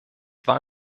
war